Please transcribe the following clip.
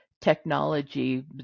technology